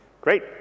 Great